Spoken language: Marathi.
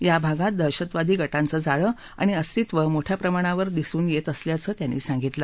या भागात दहशतवादी गटांचे जाळं आणि अस्तित्व मोठ्या प्रमाणात दिसून येत असल्याचं त्यांनी सांगितलं